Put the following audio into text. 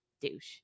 Douche